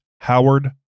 Howard